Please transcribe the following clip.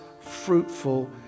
fruitful